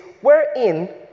wherein